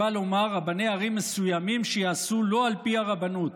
בא לומר: רבני ערים מסוימים שיעשו לא על פי הרבנות.